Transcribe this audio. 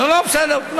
לא, לא, בסדר.